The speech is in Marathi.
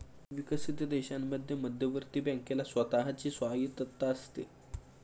विकसित देशांमध्ये मध्यवर्ती बँकेला स्वतः ची स्वायत्तता आहे